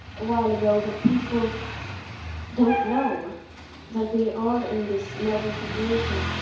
while ago that people don't know that we are in this emergent situation.